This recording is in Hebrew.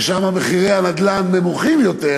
ששם מחירי הנדל"ן נמוכים יותר,